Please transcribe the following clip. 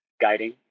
guiding